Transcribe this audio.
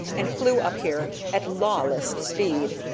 and flew up here at lawless speed.